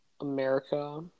America